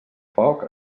foc